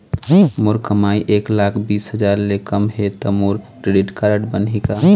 मोर कमाई एक लाख बीस हजार ले कम हे त मोर क्रेडिट कारड बनही का?